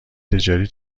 تجاری